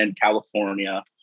California